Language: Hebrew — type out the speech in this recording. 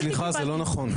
סליחה, זה לא נכון.